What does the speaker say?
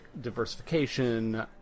diversification